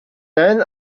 then